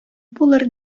булыр